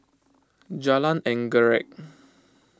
Jalan Anggerek